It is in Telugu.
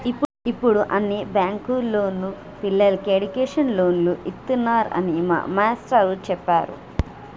యిప్పుడు అన్ని బ్యేంకుల్లోనూ పిల్లలకి ఎడ్డుకేషన్ లోన్లు ఇత్తన్నారని మా మేష్టారు జెప్పిర్రు